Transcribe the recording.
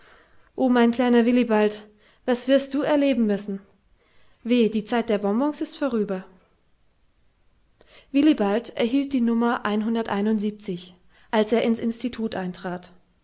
oh mein kleiner willibald was wirst du erleben müssen wehe die zeit der bonbons ist vorüber willibald erhielt die nummer als er ins institut eintrat